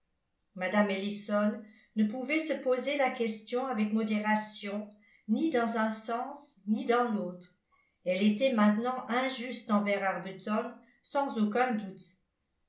mme ellison ne pouvait se poser la question avec modération ni dans un sens ni dans l'autre elle était maintenant injuste envers arbuton sans aucun doute